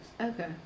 Okay